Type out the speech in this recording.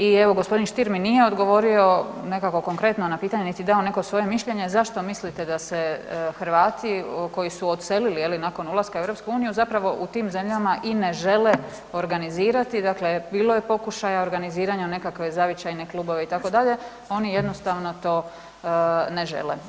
I evo gospodin Stier mi nije odgovorio nekako konkretno na pitanje niti dao neko svoje mišljenje zašto mislite da se Hrvati koji su odselili nakon je li nakon ulaska u EU zapravo u tim zemljama i ne žele organizirati dakle bilo je pokušaja organiziranja nekakve zavičajne klubove itd., oni jednostavno to ne žele.